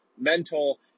mental